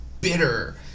bitter